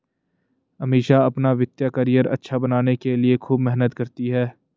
अमीषा अपना वित्तीय करियर अच्छा बनाने के लिए खूब मेहनत करती है